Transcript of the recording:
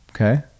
Okay